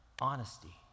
honesty